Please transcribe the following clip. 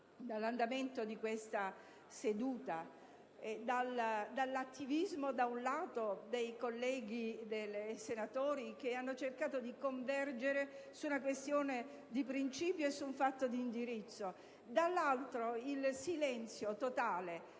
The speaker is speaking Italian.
L'andamento di questa seduta evidenzia, da un lato, l'attivismo dei senatori, che hanno cercato di convergere su una questione di principio, su un fatto di indirizzo e, dall'altro, il silenzio totale